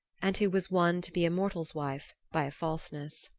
and who was won to be a mortal's wife by a falseness.